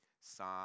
Psalm